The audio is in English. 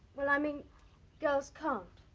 well i mean girls can't.